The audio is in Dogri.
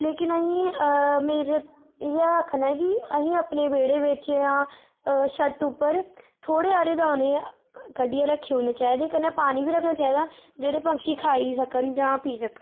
लेकिन असेंगी मेरी इयै आखना ऐ कि असेंगी अपने बेह्ड़े बिच जां छत्त उप्पर थोह्ड़े हारे दाने कड़्डिये रक्खी उड़ने चाहिदे कन्नै पानी बी रक्खना चाहिदा जेह्ड़़े पक्षी खाई सकन जां पी सकन